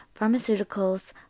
pharmaceuticals